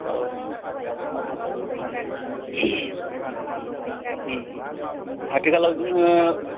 आथिखालाव जोङो